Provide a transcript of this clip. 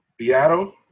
Seattle